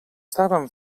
estàvem